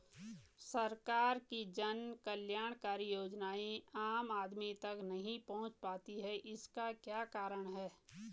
सरकार की जन कल्याणकारी योजनाएँ आम आदमी तक नहीं पहुंच पाती हैं इसका क्या कारण है?